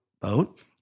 boat